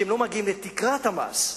כי הם לא מגיעים לסף המס,